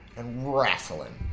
and wrastlin'